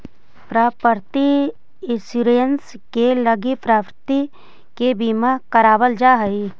property insurance के लगी property के बीमा करावल जा हई